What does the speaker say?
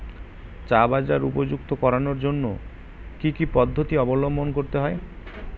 চা বাজার উপযুক্ত করানোর জন্য কি কি পদ্ধতি অবলম্বন করতে হয়?